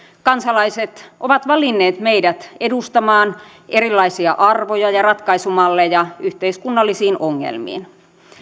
kansalaiset ovat valinneet meidät edustamaan erilaisia arvoja ja ratkaisumalleja yhteiskunnallisiin ongelmiin